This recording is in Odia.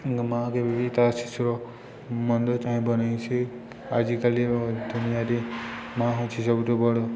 ମାଆ କେବେ ବି ତା ଶିଶୁର ମନ୍ଦ ଚାହିଁବ ନାହିଁ ସେ ଆଜିକାଲିର ଦୁନିଆରେ ମାଆ ହେଉଛି ସବୁଠୁ ବଡ଼